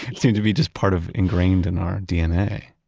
seems to be just part of ingrained in our dna